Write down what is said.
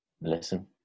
listen